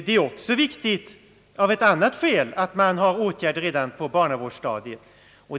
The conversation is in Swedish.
Det är också viktigt av ett annat skäl att det vidtas åtgärder redan på barnavårdsstadiet.